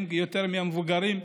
יותר מהמבוגרים,